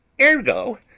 ergo